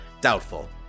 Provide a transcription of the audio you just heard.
doubtful